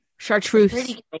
Chartreuse